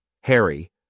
Harry